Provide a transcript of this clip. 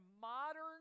modern